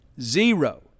Zero